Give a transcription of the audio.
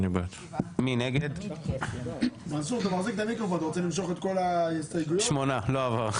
8 נמנעים, אין לא אושר.